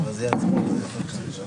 יש לנו יושב-ראש מוכשר,